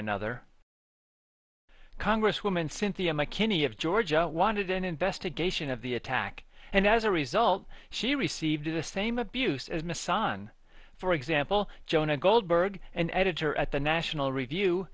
another congresswoman cynthia mckinney of georgia wanted an investigation of the attack and as a result she received the same abusiveness on for example jonah goldberg an editor at the national review